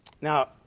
Now